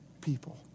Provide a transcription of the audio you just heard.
people